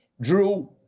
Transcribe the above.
Drew